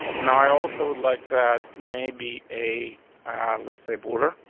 now, i also would like to add maybe a let's say border.